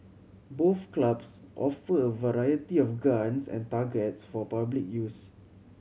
both clubs offer a variety of guns and targets for public use